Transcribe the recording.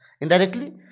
indirectly